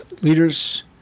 leaders